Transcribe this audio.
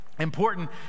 important